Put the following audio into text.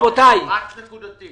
אני